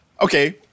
Okay